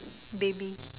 baby